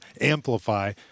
amplify